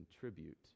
contribute